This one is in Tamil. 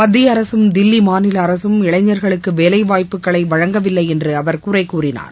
மத்திய அரசும் தில்லி மாநில அரசும் இளைஞர்களுக்கு வேலைவாய்ப்புக்களை வழங்கவில்லை என்று அவர் குறைகூறினார்